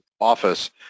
office